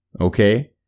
okay